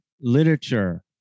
literature